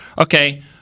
Okay